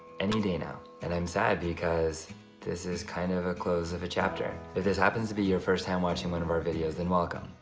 any day now. and i'm sad because this is kind of the ah close of a chapter. if this happens to be your first time watching one of our videos, then welcome.